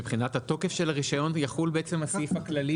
מבחינת התוקף של הרישיון יחול הסעיף הכללי,